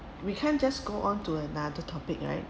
we can't just go on to another topic right